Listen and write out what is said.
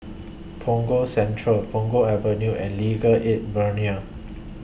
Punggol Central Punggol Avenue and Legal Aid Bureau